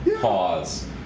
Pause